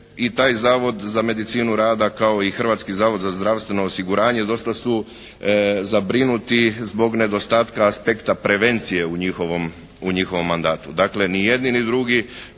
i taj Zavod za medicinu rada kao i Hrvatski zavod za zdravstveno osiguranje dosta su zabrinuti zbog nedostatka aspekta prevencije u njihovom, u njihovom mandatu. Dakle, ni jedni ni drugi